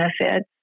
benefits